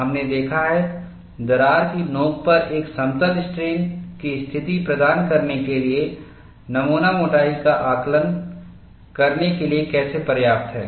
हमने देखा है दरार की नोकपर एक समतल स्ट्रेन की स्थिति प्रदान करने के लिए नमूना मोटाई का आकलन करने के लिए कैसे पर्याप्त है